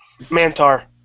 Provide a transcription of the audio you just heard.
Mantar